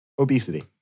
Obesity